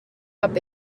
cap